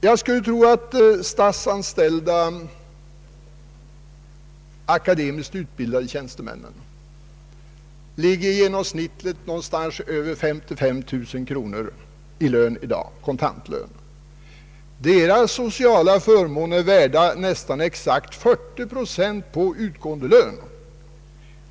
Jag skulle tro att de statsanställda akademiskt utbildade tjänstemännen i genomsnitt har någonting över 55 000 kronor i dag i kontant årslön. Deras sociala förmåner är värda nästan exakt 40 procent på utgående lön.